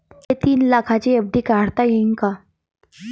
मले तीन लाखाची एफ.डी काढता येईन का?